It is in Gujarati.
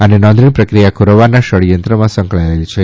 અને નોંધણી પ્રક્રિયા ખોરવવાના પડયંત્રમાં સંકળાયેલી છે